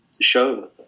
show